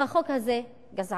החוק הזה גזעני,